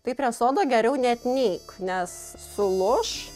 tai prie sodo geriau net neik nes sulūš